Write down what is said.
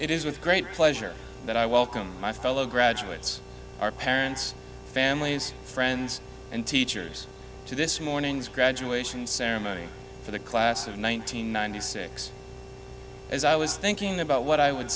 it is with great pleasure that i welcome my fellow graduates our parents families friends and teachers to this morning's graduation ceremony for the class of one thousand nine hundred six as i was thinking about what i would